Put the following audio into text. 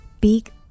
big